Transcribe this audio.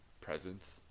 presence